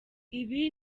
ibi